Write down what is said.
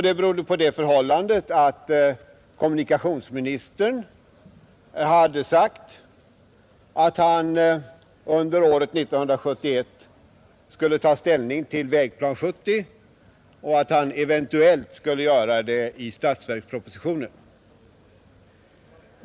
Det berodde på att kommunikationsministern hade sagt att han under år 1971 skulle ta ställning till Vägplan 1970 och att han eventuellt skulle göra det i statsverkspropositionen.